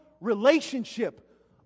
relationship